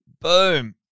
boom